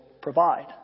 provide